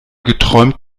geträumt